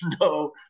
no